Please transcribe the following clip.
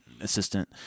assistant